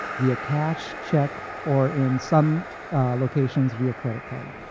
via cash, check, or, in some locations, via credit card.